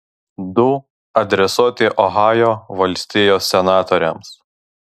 du adresuoti ohajo valstijos senatoriams